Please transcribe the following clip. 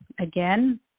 Again